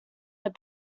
its